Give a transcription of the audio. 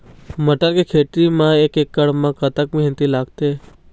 मटर के खेती म एक एकड़ म कतक मेहनती लागथे?